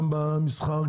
גם במסחר,